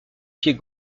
pied